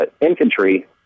infantry